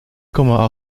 komma